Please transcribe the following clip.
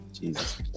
Jesus